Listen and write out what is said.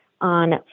on